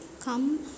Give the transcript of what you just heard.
come